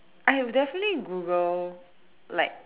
I would definitely Google like